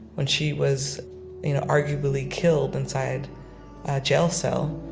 when she was you know arguably killed inside a jail cell,